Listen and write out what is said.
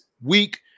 week